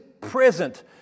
present